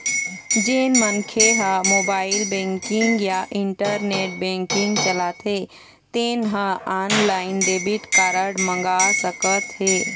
जेन मनखे ह मोबाईल बेंकिंग या इंटरनेट बेंकिंग चलाथे तेन ह ऑनलाईन डेबिट कारड मंगा सकत हे